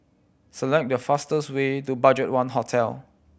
select the fastest way to BudgetOne Hotel